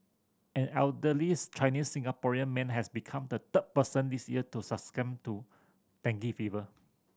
an elderly Chinese Singaporean man has become the third person this year to succumb to dengue fever